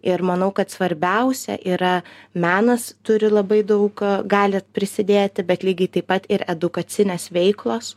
ir manau kad svarbiausia yra menas turi labai daug gali prisidėti bet lygiai taip pat ir edukacinės veiklos